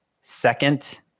second